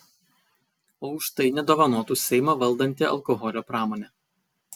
o už tai nedovanotų seimą valdanti alkoholio pramonė